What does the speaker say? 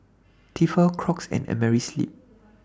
Tefal Crocs and Amerisleep